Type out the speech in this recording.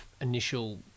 initial